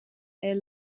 est